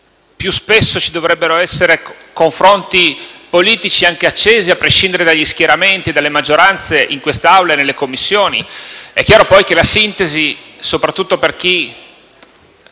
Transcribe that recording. più spesso ci dovrebbero essere confronti politici, anche accesi, a prescindere dagli schieramenti e dalle maggioranze, in quest'Assemblea e nelle Commissioni. È chiaro, poi, che la sintesi - soprattutto per chi